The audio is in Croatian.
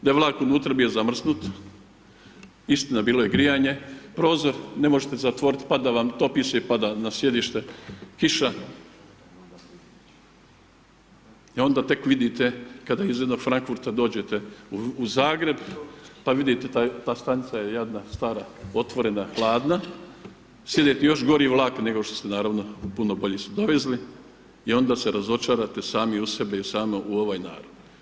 Da je vlak unutra bio zamrznut, istina bilo je grijanje, prozor ne možete zatvorit, pada vam, topi se i pada na sjedište kiša i onda tek vidite kada iz jednog Frankfurta dođete u Zagreb, pa vidite ta stanica je jadna, stara, otvorena, hladna, sjedate u još gori vlak nego što ste, naravno, puno bolji su dovezli i onda se razočarate sami u sebe i u samo ovaj narod.